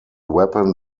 weapon